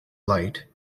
light